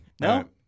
No